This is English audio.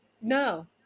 no